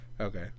Okay